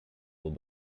will